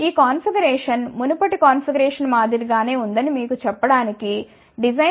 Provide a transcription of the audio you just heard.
ఈ కాన్ఫిగరేషన్ మునుపటి కాన్ఫిగరేషన్ మాదిరి గానే ఉందని మీకు చెప్పడానికి డిజైన్ ఫ్రీక్వెన్సీ 1